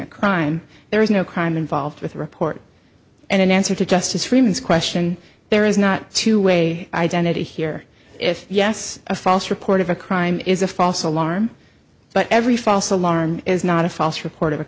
a crime there is no crime involved with a report and an answer to justice remains question there is not two way identity here if yes a false report of a crime is a false alarm but every false alarm is not a false report of a